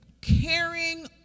Caring